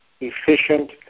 efficient